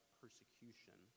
persecution